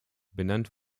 benannt